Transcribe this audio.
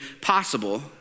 possible